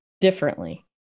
differently